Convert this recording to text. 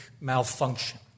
malfunction